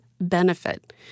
benefit